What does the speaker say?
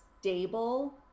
stable